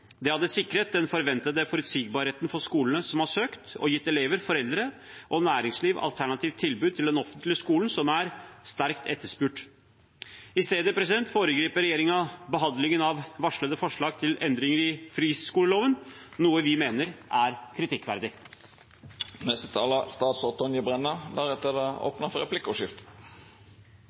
Det hadde sikret den forventede forutsigbarheten for skolene som har søkt, og gitt elever, foreldre og næringsliv et alternativt tilbud til den offentlige skolen som er sterkt etterspurt. I stedet foregriper regjeringen behandlingen av varslede forslag til endringer i friskoleloven, noe vi mener er kritikkverdig. Norge blir stadig mer mangfoldig. Derfor er det et paradoks at samtidig som det skjer, har den viktigste skolereformen for